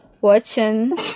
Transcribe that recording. Watching